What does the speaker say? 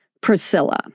Priscilla